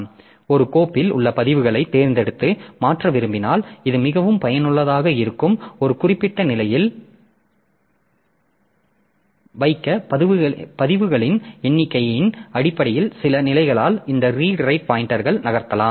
எனவே ஒரு கோப்பில் உள்ள பதிவுகளைத் தேர்ந்தெடுத்து மாற்ற விரும்பினால் இது மிகவும் பயனுள்ளதாக இருக்கும் ஒரு குறிப்பிட்ட நிலையில் வைக்க பதிவுகளின் எண்ணிக்கையின் அடிப்படையில் சில நிலைகளால் இந்த ரீட் ரைட் பாய்ன்டெர்கள் நகர்த்தலாம்